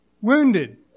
wounded